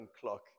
clock